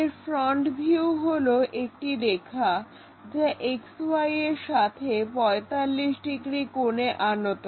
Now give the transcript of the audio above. এর front view হলো একটি রেখা যা XY এর সাথে 45 ডিগ্রী কোণে আনত